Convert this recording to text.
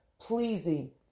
pleasing